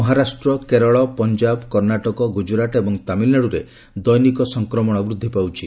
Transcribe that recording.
ମହାରାଷ୍ଟ୍ର କେରଳ ପଞ୍ଜାବ କର୍ଣ୍ଣାଟକ ଗୁଜରାଟ ଏବଂ ତାମିଲନାଡୁରେ ଦୈନିକ ସଂକ୍ରମଣ ବୃଦ୍ଧି ପାଉଛି